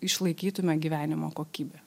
išlaikytume gyvenimo kokybę